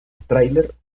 tráiler